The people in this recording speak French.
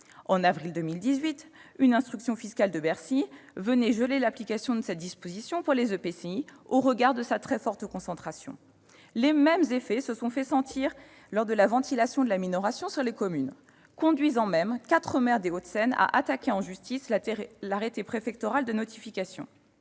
En avril 2018, une instruction fiscale de Bercy venait geler l'application de cette disposition pour les EPCI, au regard de sa très forte concentration. Les mêmes effets se sont fait sentir lors de la ventilation de la minoration sur les communes, conduisant même quatre maires des Hauts-de-Seine à attaquer en justice l'arrêté préfectoral de notification.